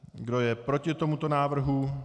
Kdo je proti tomuto návrhu?